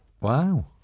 Wow